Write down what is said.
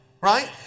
Right